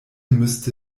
müsste